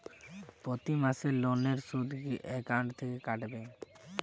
প্রতি মাসে লোনের সুদ কি একাউন্ট থেকে কাটবে?